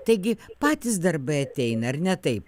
taigi patys darbai ateina ar ne taip